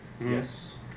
Yes